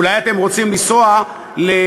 אולי אתם רוצים לנסוע להונג-קונג?